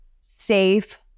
safe